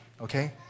Okay